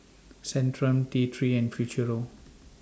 Centrum T three and Futuro